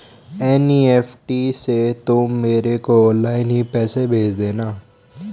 NEFT से तुम मेरे को ऑनलाइन ही पैसे भेज देना